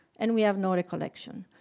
and we have no recollection.